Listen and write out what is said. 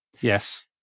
Yes